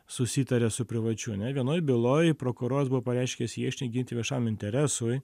susitarė su privačiu ne vienoj byloj prokuroras buvo pareiškęs ieškinį ginti viešam interesui